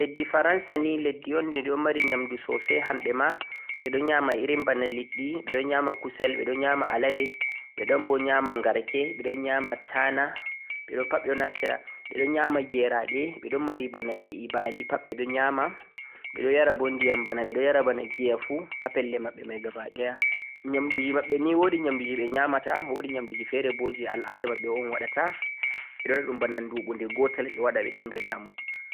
leddi faransa ni leddi un di ɗo mari nyamdu ɗuɗɗum sosai hamɓe ma, ɓe ɗon nyama irin bana liɗɗi, ɓe ɗon nyama kusel, ɓe ɗon nyama alade, ɓe ɗon bo nyama ngarke, ɓe ɗon nyama ta'na, pat ɓe ɗon naftira, ɓe ɗon nyama geyara'ɗe, ɓe ɗon mari bana be'i, mba'li pat ɓeɗon nyama, ɓe ɗon bo yara ndiyam, ɓe ɗon yara bana giya fu ha pelle maɓɓe mai gabadaɗaya, nyamdu ji maɓɓe ni wo'di nyamdu ɓe nyama ta, wo'di nyamdu ji fe're bo je al'ada maɓɓe un ɓe waɗa ta, ɓe ɗon waɗa ɗum bana nduɓu de gotel ɓe dinga nyamugo.